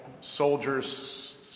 soldiers